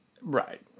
right